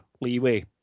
leeway